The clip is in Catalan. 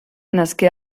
nasqué